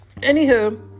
Anywho